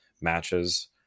matches